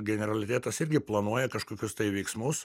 generalitetas irgi planuoja kažkokius tai veiksmus